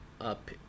up